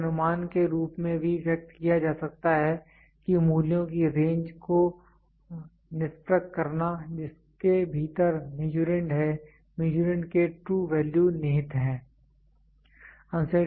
यह एक अनुमान के रूप में भी व्यक्त किया जा सकता है कि मूल्यों की रेंज को निस्र्पक करना जिसके भीतर मीसुरंड के ट्रू वैल्यू निहित हैं